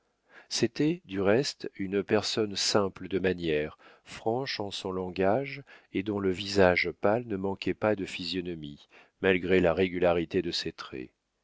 c'était du reste une personne simple de manières franche en son langage et dont le visage pâle ne manquait pas de physionomie malgré la régularité de ses traits